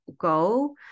go